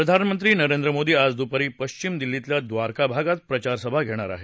प्रधानमंत्री नरेंद्र मोदी आज दुपारी पश्चिम दिल्लीतल्या द्वारका भागात प्रचारसभा घेणार आहेत